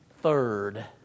Third